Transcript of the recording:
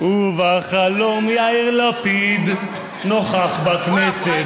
ובחלום יאיר לפיד נוכח בכנסת,